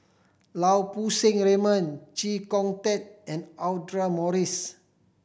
Lau Poo Seng Raymond Chee Kong Tet and Audra Morrice